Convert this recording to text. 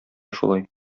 шулай